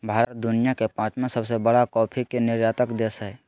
भारत दुनिया के पांचवां सबसे बड़ा कॉफ़ी के निर्यातक देश हइ